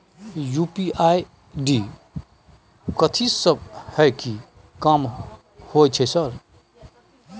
UPI ID कथि सब हय कि काम होय छय सर?